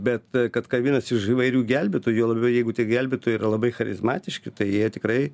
bet kad kabinasi už įvairių gelbėtojų juo labiau jeigu tie gelbėtojai yra labai charizmatiški tai jie tikrai